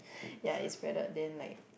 ya it spreaded then like